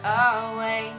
away